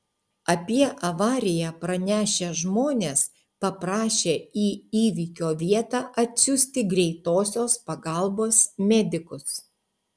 apie avariją pranešę žmonės paprašė į įvykio vietą atsiųsti greitosios pagalbos medikus